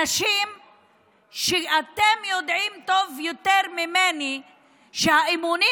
אתם יודעים טוב יותר ממני שהאימונים